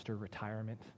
Retirement